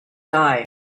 die